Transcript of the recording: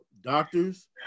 doctors